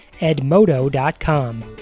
Edmodo.com